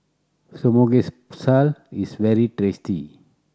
samgyeopsal is very tasty